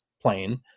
plane